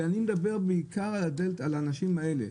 ואני מדבר בעיקר על האנשים האלה,